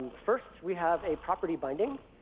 first, we have a property binding.